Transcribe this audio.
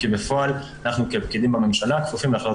כי בפועל אנחנו כפקידים בממשלה כפופים להחלטות